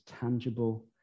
tangible